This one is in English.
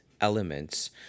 elements